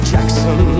Jackson